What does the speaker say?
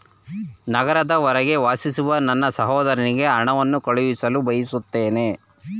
ನಗರದ ಹೊರಗೆ ವಾಸಿಸುವ ನನ್ನ ಸಹೋದರನಿಗೆ ಹಣವನ್ನು ಕಳುಹಿಸಲು ಬಯಸುತ್ತೇನೆ